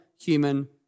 human